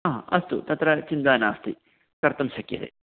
हा अस्तु तत्र चिन्ता नास्ति कर्तुं शक्यते